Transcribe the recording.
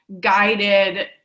guided